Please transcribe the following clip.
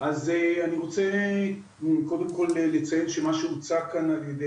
אני רוצה קודם כל לציין שמה שהוצג כאן על ידי